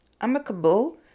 amicable